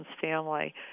family